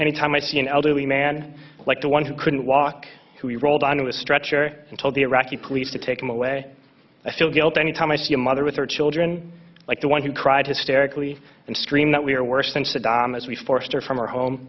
any time i see an elderly man like the one who couldn't walk who we rolled onto a stretcher and told the iraqi police to take him away i feel guilt any time i see a mother with her children like the one who cried hysterically and screamed that we are worse than saddam as we forced her from our home